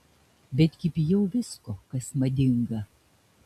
betgi bijau visko kas madinga